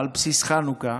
על בסיס חנוכה.